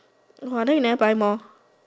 !wah! then you never buy more